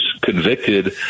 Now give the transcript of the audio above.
convicted